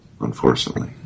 unfortunately